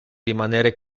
rimaner